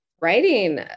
writing